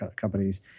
companies